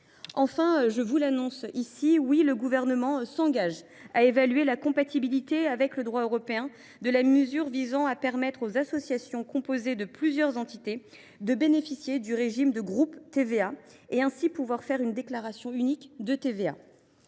Enfin, je vous l’annonce ici : le Gouvernement s’engage à évaluer la compatibilité avec le droit européen de la mesure visant à permettre aux associations composées de plusieurs entités de bénéficier du régime de groupe TVA et ainsi de pouvoir faire une déclaration unique de TVA.